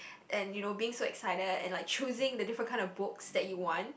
and you know being so excited and like choosing the different kind of books that you want